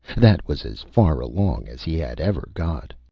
that was as far along as he had ever got.